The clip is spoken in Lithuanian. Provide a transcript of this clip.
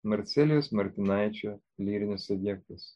marcelijaus martinaičio lyrinis subjektas